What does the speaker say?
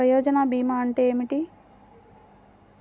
ప్రయోజన భీమా అంటే ఏమిటి?